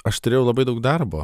aš turėjau labai daug darbo